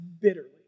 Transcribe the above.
bitterly